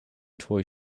toy